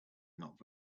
not